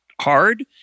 hard